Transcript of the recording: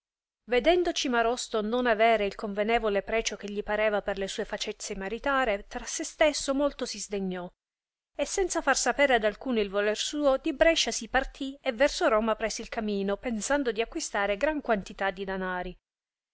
aedendo cimarosto non avere il convenevole precio che gli pareva per le sue facezie meritare tra se stesso molto si sdegnò e senza far sapere ad alcuno il voler suo di brescia si partì e verso roma prese il camino pensando di acquistare gran quantità de danari